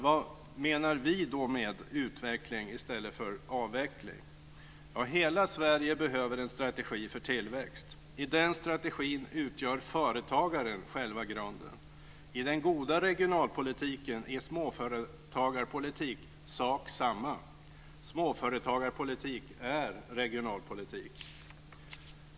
Vad menar vi med utveckling i stället för avveckling? Hela Sverige behöver en strategi för tillväxt. I den strategin utgör företagaren själva grunden. I den goda regionalpolitiken är småföretagarpolitik och regionalpolitik samma sak.